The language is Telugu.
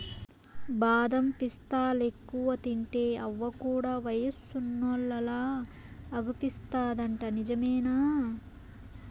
బాదం పిస్తాలెక్కువ తింటే అవ్వ కూడా వయసున్నోల్లలా అగుపిస్తాదంట నిజమేనా